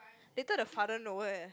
later the father know eh